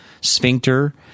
sphincter